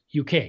UK